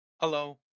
Hello